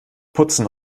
putzen